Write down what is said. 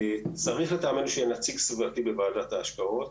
צריך לטעמנו, שיהיה נציג סביבתי בוועדת ההשקעות.